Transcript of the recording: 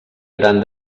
gran